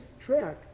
track